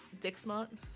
Dixmont